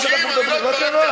עכשיו מה, ביטן, באת, מה קרה?